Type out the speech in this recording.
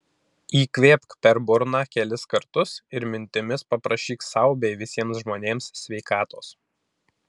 įkvėpk per burną kelis kartus ir mintimis paprašyk sau bei visiems žmonėms sveikatos